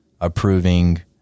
approving